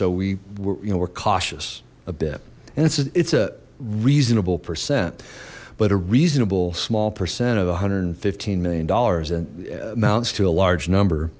we you know we're cautious a bit and it's a it's a reasonable percent but a reasonable small percent of a hundred and fifteen million dollars and amounts to a large number